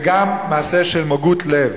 וגם מעשה של מוגות-לב.